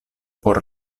por